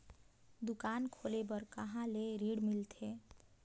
दुकान खोले बार कहा ले ऋण मिलथे?